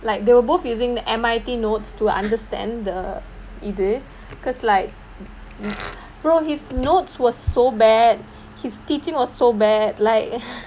like they were both using the M_I_T notes to understand the இது:ithu because like brother his notes was so bad his teaching was so bad like